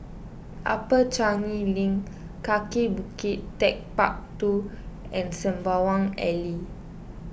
Upper Changi Link Kaki Bukit Techpark two and Sembawang Alley